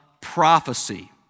prophecy